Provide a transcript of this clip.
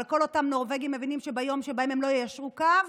אבל כל אותם נורבגים מבינים שביום שבו הם לא יישרו קו